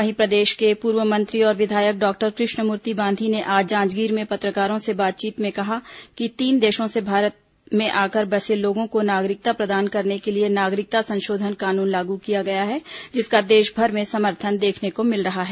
वहीं प्रदेश के पूर्व मंत्री और विधायक डॉक्टर कृष्णमूति बांधी ने आज जांजगीर में पत्रकारों से बातचीत में कहा कि तीन देशों से भारत में आकर बसे लोगों को नागरिकता प्रदान करने के लिए नागरिकता संशोधन कानून लागू किया गया है जिसका देशभर में समर्थन देखने को मिल रहा है